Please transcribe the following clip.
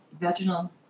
vaginal